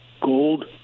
Gold